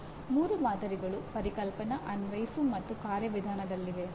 ನಿಯೋಜನೆಗಳು ಉಪನ್ಯಾಸದಲ್ಲಿ ಪ್ರಸ್ತುತಪಡಿಸಿದ್ದನ್ನು ಮೀರಿ ಸ್ವಲ್ಪ ಅನ್ವೇಷಿಸುವ ಉತ್ತಮ ಉದ್ದೇಶವನ್ನು ಪೂರೈಸುತ್ತವೆ